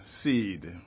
seed